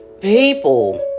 people